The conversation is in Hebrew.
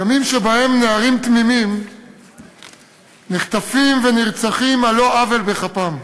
ימים שבהם נערים תמימים נחטפים ונרצחים על לא עוול בכפם.